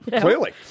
Clearly